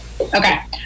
Okay